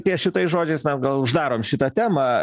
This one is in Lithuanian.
ties šitais žodžiais mes gal uždarom šitą temą